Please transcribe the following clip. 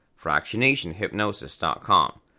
FractionationHypnosis.com